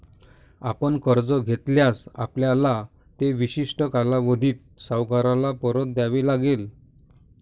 आपण कर्ज घेतल्यास, आपल्याला ते विशिष्ट कालावधीत सावकाराला परत द्यावे लागेल